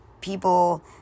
people